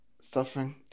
suffering